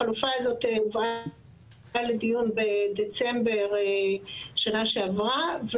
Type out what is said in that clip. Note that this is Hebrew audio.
החלופה הזאת הובאה לדיון בדצמבר בשנה שעברה,